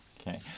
Okay